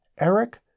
Eric